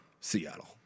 Seattle